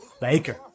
Baker